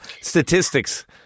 statistics